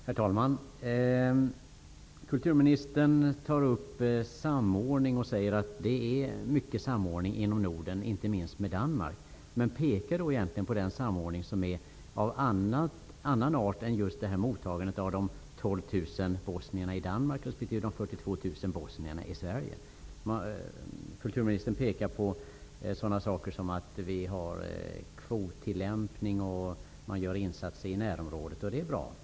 Herr talman! Kulturministern tar upp detta med samordning och säger att det förekommer mycket samordning inom Norden, inte minst med Danmark. Då pekar kulturministern egentligen på en samordning av en annan art än den som gäller mottagandet av 12 000 bosnier i Danmark respektive 42 000 bosnier i Sverige. Kulturministern pekar på sådana saker som att vi har kvottillämpning och att det görs insatser i närområdet. Det är bra.